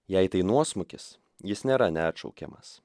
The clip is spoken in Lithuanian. jei tai nuosmukis jis nėra neatšaukiamas